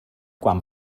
quan